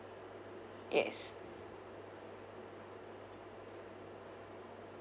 yes